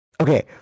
Okay